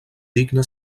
digne